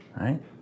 right